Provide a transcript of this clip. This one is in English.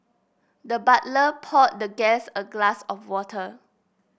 the butler poured the guest a glass of water